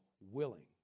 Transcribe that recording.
willing